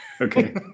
Okay